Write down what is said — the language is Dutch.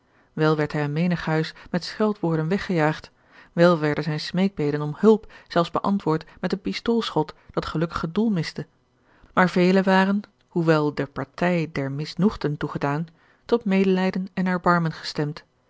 wel werd hij aan menig huis met scheld woorden weggejaagd wel werden zijne smeekbeden om hulp zelfs beantwoord met een pistoolschot dat gelukkig het doel miste maar velen waren hoewel der partij der misnoegden toegedaan tot medelijden en erbarmen gestemd